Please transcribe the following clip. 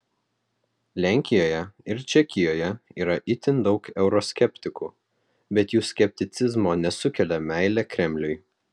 lenkijoje ir čekijoje yra itin daug euroskeptikų bet jų skepticizmo nesukelia meilė kremliui